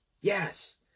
Yes